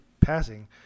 passing